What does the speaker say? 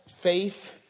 faith